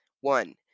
One